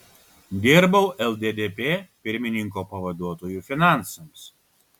dirbau lddp pirmininko pavaduotoju finansams